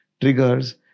triggers